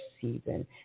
season